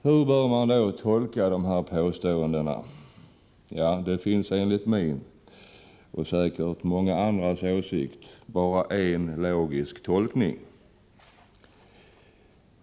Hur bör man då tolka dessa påståenden? Det finns enligt min och säkert många andras åsikt bara en logisk tolkning.